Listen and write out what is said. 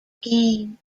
game